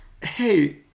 hey